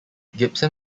gibson